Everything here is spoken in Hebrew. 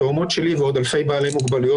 התאומות שלי ועוד אלפי בעלי מוגבלויות